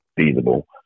feasible